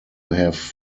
have